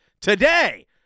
today